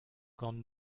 gant